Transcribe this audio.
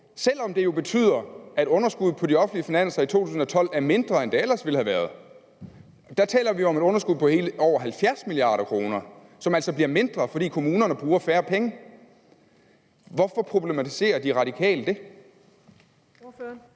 selv om det jo betyder, at underskuddet på de offentlige finanser i 2012 er mindre, end det ellers ville have været. Der taler vi om et underskud på over 70 mia. kr., som altså bliver mindre, fordi kommunerne bruger færre penge. Hvorfor problematiserer De Radikale det?